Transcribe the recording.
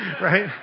right